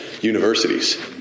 universities